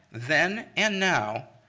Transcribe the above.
then and now,